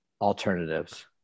alternatives